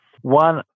One